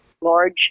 large